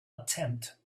attempt